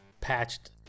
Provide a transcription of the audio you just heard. patched